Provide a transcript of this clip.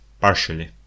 partially